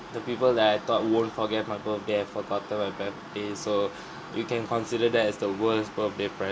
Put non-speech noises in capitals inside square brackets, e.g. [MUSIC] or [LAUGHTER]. the people that I thought won't forget my birthday have forgotten my birthday so [BREATH] you can consider that as the worse birthday present